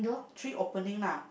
three opening lah